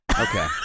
Okay